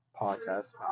podcast